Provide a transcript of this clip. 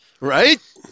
Right